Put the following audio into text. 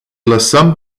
lăsăm